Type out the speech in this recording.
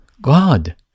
God